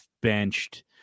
benched